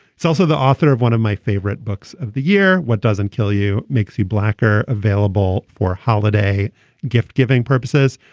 is also the author of one of my favorite books of the year what doesn't kill you makes you blacker available for holiday gift giving purposes.